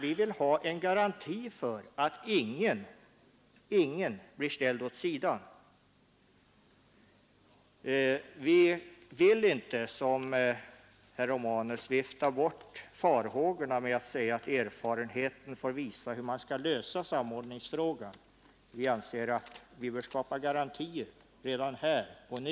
Vi vill ha en garanti för att ingen blir ställd åt sidan. Vi vill inte som herr Romanus vifta bort farhågorna med att säga att erfarenheten får visa hur man skall lösa samordningsfrågan. Vi anser att vi bör skapa garantier redan nu.